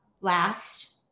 last